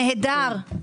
נהדר.